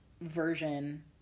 version